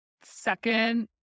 second